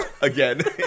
again